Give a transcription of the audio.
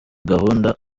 gahunda